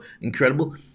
incredible